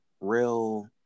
real